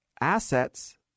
assets